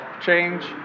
change